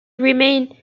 remain